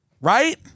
right